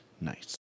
nice